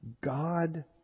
God